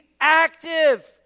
active